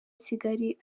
kigali